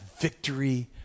victory